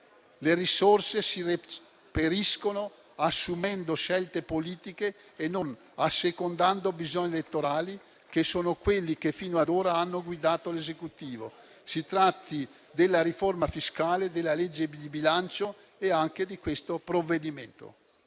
Le risorse si reperiscono assumendo scelte politiche e non assecondando bisogni elettorali che sono quelli che fino ad ora hanno guidato l’Esecutivo, si tratti della riforma fiscale, della legge di bilancio e anche di questo provvedimento.